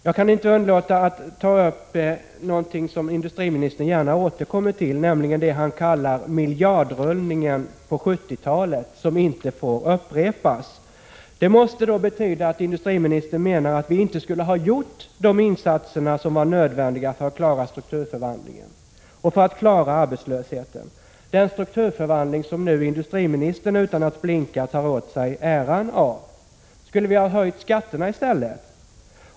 Jag kan inte underlåta att ta upp någonting som industriministern gärna återkommer till, nämligen vad han kallar miljardrullningen på 70-talet, som inte får upprepas. Det måste betyda att industriministern menar att vi inte skulle ha gjort de insatser som var nödvändiga för att klara sysselsättningen och strukturomvandlingen — den strukturomvandling som nu industriministern utan att blinka tar åt sig äran av. Skulle vi ha höjt skatterna i stället?